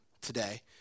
today